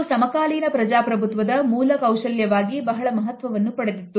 ಇದು ಸಮಕಾಲೀನ ಪ್ರಜಾಪ್ರಭುತ್ವದ ಮೂಲ ಕೌಶಲ್ಯವಾಗಿ ಬಹಳ ಮಹತ್ವವನ್ನು ಪಡೆದಿತ್ತು